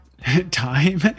time